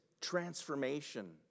transformation